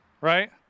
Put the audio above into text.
right